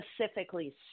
specifically